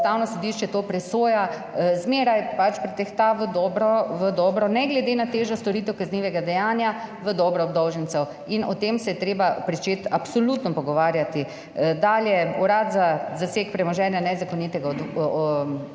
sodišče to presoja, zmeraj pač pretehta v dobro, ne glede na težo storitev kaznivega dejanja, v dobro obdolžencev in o tem se je treba pričeti absolutno pogovarjati. Dalje. Urad za zaseg premoženja nezakonitega izvora